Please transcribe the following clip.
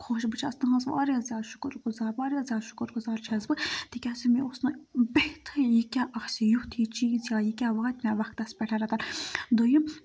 خۄش بہٕ چھَس تُہٕنٛز واریاہ زیادٕ شُکُر گُزار واریاہ زیادٕ شُکُر گُزار چھَس بہٕ تِکیٛازِ مےٚ اوس نہٕ بِہتھٕے یہِ کیٛاہ آسہِ یُتھ یہِ چیٖز یا یہِ کیٛاہ واتہِ مےٚ وَقتَس پٮ۪ٹھ رٮ۪تَن دوٚیِم